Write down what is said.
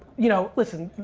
you know listen,